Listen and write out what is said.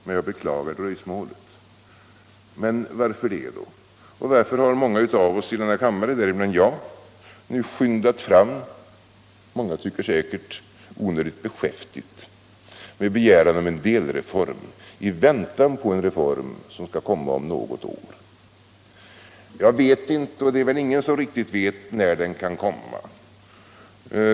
Men jag beklagar dröjsmålet. Varför? Varför har många av oss i den här kammaren, däribland jag, skyndat fram — många tycker säkert att det är onödigt beskäftigt — med begäran om en delreform i väntan på en reform som skall komma om något år? Ingen vet riktigt när den kan komma.